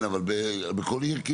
בכל עיר?